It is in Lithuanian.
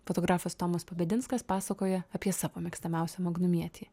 fotografas tomas pabedinskas pasakoja apie savo mėgstamiausią magnumietį